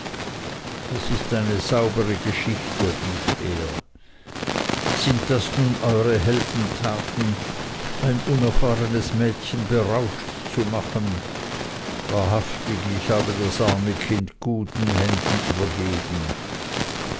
das ist eine saubere geschichte rief er sind das nun euere heldentaten ein unerfahrenes mädchen berauscht zu machen wahrhaftig ich habe das arme kind guten händen übergeben